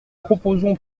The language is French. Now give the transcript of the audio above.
proposons